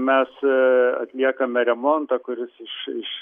mes a atliekame remontą kuris iš iš